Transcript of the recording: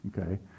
Okay